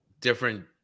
different